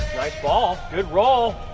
nice ball. good roll.